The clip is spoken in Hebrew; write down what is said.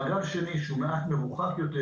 באגף השני, שהוא קצת מרוחק יותר